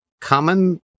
common